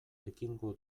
ekingo